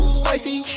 spicy